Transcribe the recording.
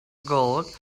gold